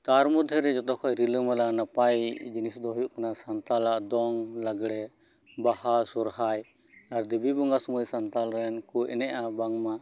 ᱛᱟᱨ ᱢᱚᱫᱽᱫᱷᱮᱨᱮ ᱡᱚᱛᱚᱠᱷᱚᱡ ᱨᱤᱞᱟᱹᱢᱟᱞᱟ ᱱᱟᱯᱟᱭ ᱡᱤᱱᱤᱥ ᱫᱚ ᱦᱩᱭᱩᱜ ᱠᱟᱱᱟ ᱥᱟᱱᱛᱟᱞᱟᱜ ᱫᱚᱝ ᱞᱟᱜᱽᱲᱮ ᱵᱟᱦᱟ ᱥᱚᱨᱦᱟᱭ ᱟᱨ ᱫᱮᱵᱤ ᱵᱚᱸᱜᱟ ᱥᱩᱢᱟᱹᱭ ᱥᱟᱱᱛᱟᱞ ᱨᱮᱱᱠᱚ ᱮᱱᱮᱡᱼᱟ ᱵᱟᱝᱢᱟ